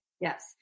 Yes